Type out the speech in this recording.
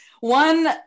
One